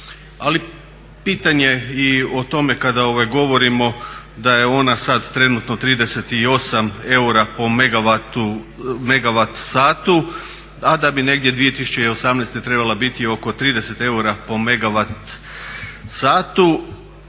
ali pitanje je i o tome kada govorimo da je ona sad trenutno 38 eura po megavat satu a da bi negdje 2018. trebala biti oko 30 eura po megavat satu.